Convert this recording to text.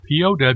POW